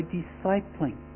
discipling